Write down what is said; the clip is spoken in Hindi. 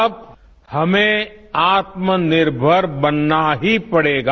अब हमें आत्मनिर्मर बनना ही पड़ेगा